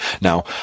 Now